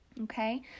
okay